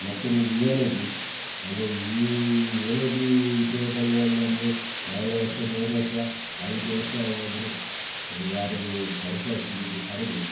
ಮತ್ತೊಂದು ಯುವನಿಧಿ ಅಂದರೆ ಈ ಯುವನಿಧಿ ವಿಷಯದಲ್ಲಿ ಹೇಳುವುದಂದ್ರೆ ಎರಡು ವರ್ಷ ಮೂರು ವರ್ಷ ಐದು ವರ್ಷ ಹೋದ್ರೂ ಯಾರಿಗೂ ಕೆಲಸ ಸಿಗುವುದು ಕಡಿಮೆ